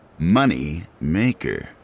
Moneymaker